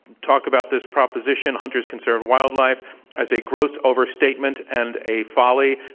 talk about this proposition hunters conserve wildlife as a gross overstatement and a folly.